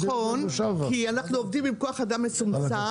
נכון כי אנחנו עובדים עם כוח אדם מצומצם,